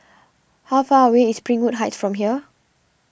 how far away is Springwood Heights from here